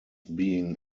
being